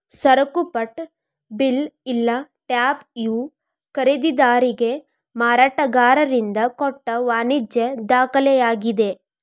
ಸರಕುಪಟ್ಟ bill ಇಲ್ಲಾ tab ಇವು ಖರೇದಿದಾರಿಗೆ ಮಾರಾಟಗಾರರಿಂದ ಕೊಟ್ಟ ವಾಣಿಜ್ಯ ದಾಖಲೆಯಾಗಿದೆ